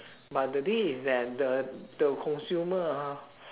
but the thing is that the the consumer ah